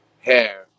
Hair